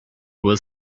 was